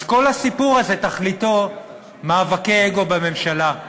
אז כל הסיפור הזה, תכליתו מאבקי אגו בממשלה.